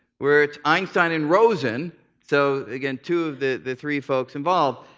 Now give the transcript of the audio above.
where it's einstein and rosen so again, two of the the three folks involved.